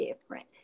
different